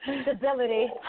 stability